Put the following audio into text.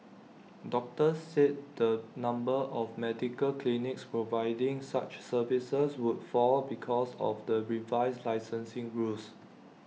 doctors said the number of medical clinics providing such services would fall because of the revised licensing rules